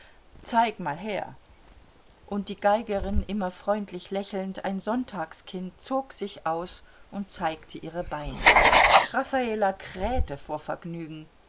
zeig mal her und die geigerin immer freundlich lächelnd ein sonntagskind zog sich aus und zeigte ihre beine raffala krähte vor vergnügen